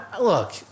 look